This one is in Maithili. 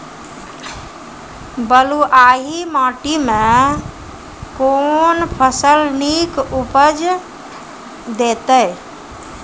बलूआही माटि मे कून फसल नीक उपज देतै?